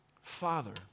father